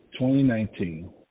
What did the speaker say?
2019